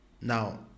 Now